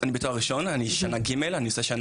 אני בתואר הראשון בשנה שלישית,